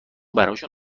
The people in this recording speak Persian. براشون